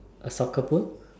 a soccer boots